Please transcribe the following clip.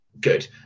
Good